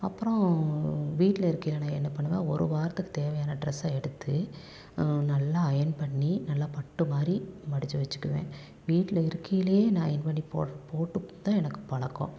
அப்புறம் வீட்டில் இருக்கையில் நான் என்ன பண்ணுவேன் ஒரு வாரத்துக்கு தேவையான ட்ரெஸ்ஸை எடுத்து நல்லா அயர்ன் பண்ணி நல்லா பட்டு மாதிரி மடித்து வச்சுக்குவேன் வீட்டில் இருக்கையிலே நான் அயர்ன் பண்ணி போட் போட்டுத்தான் எனக்கு பழக்கம்